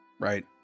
right